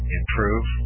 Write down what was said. improve